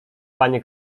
panie